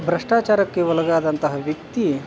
ಭ್ರಷ್ಟಾಚಾರಕ್ಕೆ ಒಳಗಾದಂತಹ ವ್ಯಕ್ತಿ